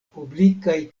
publikaj